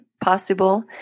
possible